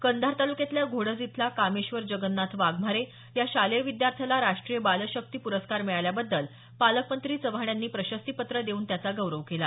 कंधार तालुक्यातल्या घोडज इथला कामेश्वर जगन्नाथ वाघमारे या शालेय विद्यार्थ्याला राष्ट्रीय बाल शक्ती प्रस्कार मिळाल्याबद्दल पालकमंत्री चव्हाण यांनी प्रशस्तीपत्र देऊन त्याचा गौरव केला